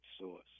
source